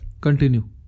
Continue